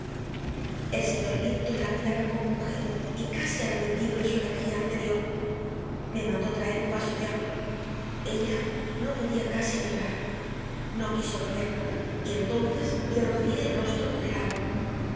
el señor linton la miraba compungido y casi arrepentido de su energía anterior me mandó traer un vaso de agua ella no podía casi ni hablar no quiso beber y entonces le rocié el rostro con el agua